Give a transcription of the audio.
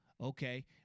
okay